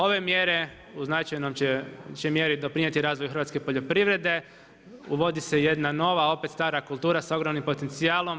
Ove mjere u značajnom će mjeri doprinijeti razvoj hrvatske poljoprivrede, uvodi se jedna nova a opet stara kultura sa ogromnim potencijalom.